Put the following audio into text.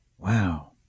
Wow